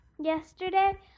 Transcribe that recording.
Yesterday